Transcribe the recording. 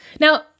Now